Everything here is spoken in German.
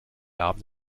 abend